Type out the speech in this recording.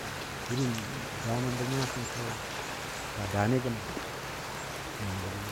To irin daamɔ bə nya kənkɔ a fa daani gəm. nəbə gəmi,